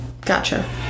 Gotcha